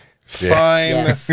Fine